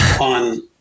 on